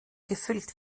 gefüllt